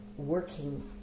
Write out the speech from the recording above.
Working